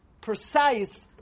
precise